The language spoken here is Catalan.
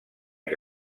que